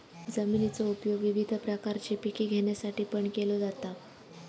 जमिनीचो उपयोग विविध प्रकारची पिके घेण्यासाठीपण केलो जाता